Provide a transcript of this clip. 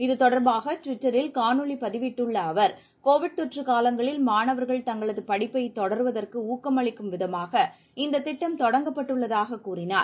இது தொடர்பாக ட்விட்டரில் காணொளி பதிவிட்டுள்ள அவர் கோவிட் தொற்று காலங்களில் மாணவர்கள் தங்களது படிப்பைத் தொடருவதற்கு ஊக்கமளிக்கும் விதமாக இந்த திட்டம் தொடங்கப்பட்டுள்ளதாக கூறினார்